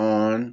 on